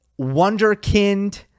wonderkind